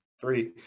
three